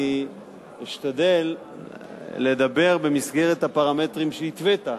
אני אשתדל לדבר במסגרת הפרמטרים שהתווית,